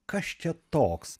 kas čia toks